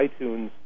iTunes